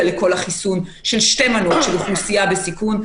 לחיסון של שתי מנות של אוכלוסייה בסיכון,